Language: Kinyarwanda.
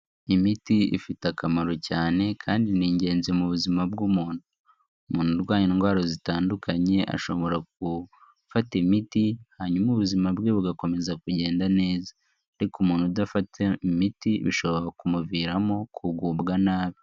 Imiti ifite akamaro cyane, kandi ni ingenzi mu buzima bw'umuntu. Umuntu urwaye indwara zitandukanye, ashobora gufata imiti, hanyuma ubuzima bwe bugakomeza kugenda neza. Ariko umuntu udafata imiti, bishobora kumuviramo kugubwa nabi.